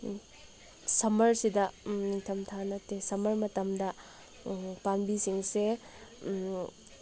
ꯁꯝꯃꯔꯁꯤꯗ ꯅꯤꯡꯊꯝꯊꯥ ꯅꯠꯇꯦ ꯁꯝꯃꯔ ꯃꯇꯝꯗ ꯄꯥꯝꯕꯤꯁꯤꯡꯁꯦ